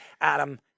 Adam